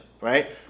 right